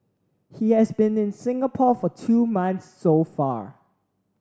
he has been in Singapore for two months so far